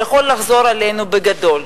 שיכול לחזור אלינו בגדול.